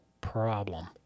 problem